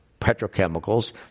petrochemicals